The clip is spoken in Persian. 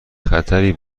خطری